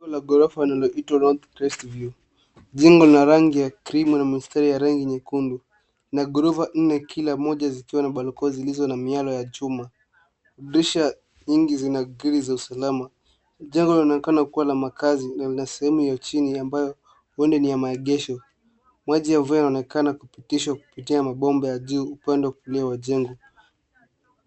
Jengo la ghorofa linaloitwa NorthCrest View. Jengo lina rangi ya cream na mistari ya rangi nyekundu, na gorofa nne kila moja zikiwa na balcony zilizo na mialo ya chuma. Dirisha nyingi zina grill za usalama. Jengo linaonekana kuwa la makazi na lina sehemu ya chini ambayo huenda ni ya maegesho. Maji ya mvua inaonekana kupitishwa kupitia mabomba ya juu upande wa kulia wa jengo.